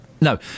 No